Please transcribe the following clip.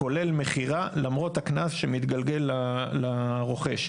כולל מכירה, למרות הקנס שמתגלגל לרוכש.